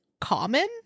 common